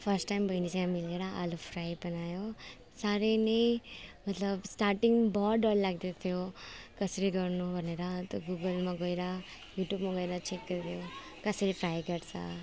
first time बहिनीसँग मिलेर आलु फ्राई बनायो साह्रै नै मतलब स्टार्टिङ बहुत डरलाग्दो थियो कसरी गर्नु भनेर अन्त गुगलमा गएर युट्युबमा गएर चेक गऱ्यो कसरी फ्राई गर्छ